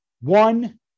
one